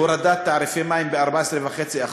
הורדת תעריפי מים ב-14.5%.